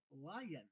lion